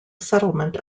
settlement